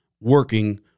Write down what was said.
working